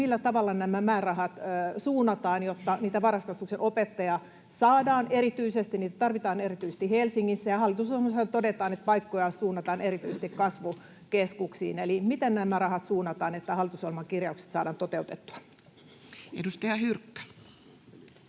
millä tavalla nämä määrärahat suunnataan, jotta niitä varhaiskasvatuksen opettaja saadaan? Niitä tarvitaan erityisesti Helsingissä, ja hallitusohjelmassa todetaan, että paikkoja suunnataan erityisesti kasvukeskuksiin. Eli miten nämä rahat suunnataan, jotta hallitusohjelman kirjaukset saadaan toteutettua? [Speech 13]